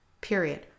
Period